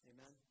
Amen